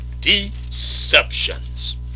deceptions